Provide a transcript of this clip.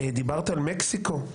דיברת על מקסיקו.